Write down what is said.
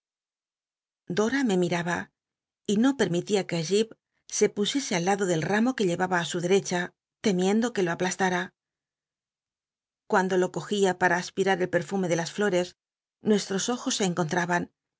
dora rne mitaba y no pcrmitia que j ip se pusiese al indo del ramo que llevaba ü su derecha temiendo que lo aplastara cuando lo cogía pam aspirar el perfume de las biblioteca nacional de españa david copperfield llores nuesttos ojos se encontraban